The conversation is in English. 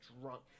drunk